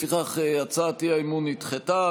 לפיכך, הצעת האי-אמון נדחתה.